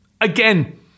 again